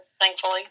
thankfully